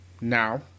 now